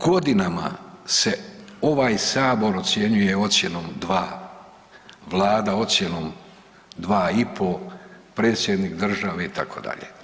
Godinama se ovaj Sabor ocjenjuje ocjenom 2, Vlada ocjenom 2,5, predsjednik države, itd.